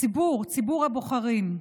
הציבור, ציבור הבוחרים,